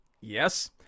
yes